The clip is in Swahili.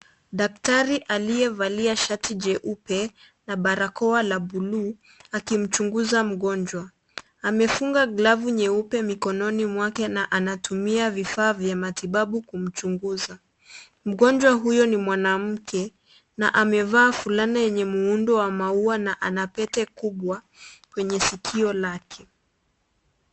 Daktari aliyevalia shati jeupe na barakoa la bluu akimchunguza mgonjwa amefunga glavu nyeupe mkononi mwake na anatumia vifaa vya matibabu kumchunguza mgonjwa huyo ni mwanamke na amevaa fulana yenye muundo wa maua na ana pete kubwa kwenye sikio lake.